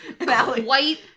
white